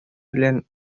белән